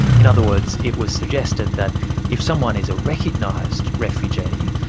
in other words, it was suggested that if someone is a recognised refugee,